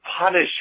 punish